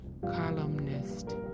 columnist